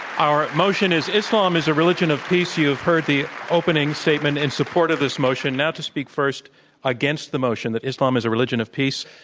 our motion is, islam is a religion of peace. you have heard the opening statement in support of this motion. now to speak first against the motion that islam is a religion of peace,